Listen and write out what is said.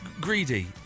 greedy